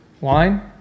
wine